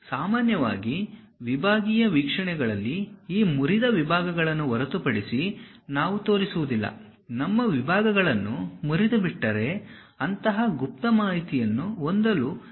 ಸಾಮಾನ್ಯವಾಗಿ ವಿಭಾಗೀಯ ವೀಕ್ಷಣೆಗಳಲ್ಲಿ ಈ ಮುರಿದ ವಿಭಾಗಗಳನ್ನು ಹೊರತುಪಡಿಸಿ ನಾವು ತೋರಿಸುವುದಿಲ್ಲ ನಮ್ಮ ವಿಭಾಗಗಳನ್ನು ಮುರಿದುಬಿಟ್ಟರೆ ಅಂತಹ ಗುಪ್ತ ಮಾಹಿತಿಯನ್ನು ಹೊಂದಲು ಇದನ್ನು ಅನುಮತಿಸಲಾಗಿದೆ